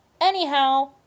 Anyhow